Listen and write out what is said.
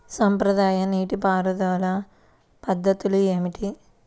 సాంప్రదాయ నీటి పారుదల పద్ధతులు ఏమిటి?